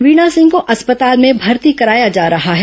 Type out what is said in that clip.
वीणा सिंह को अस्पताल में भर्ती कराया जा रहा है